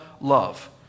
love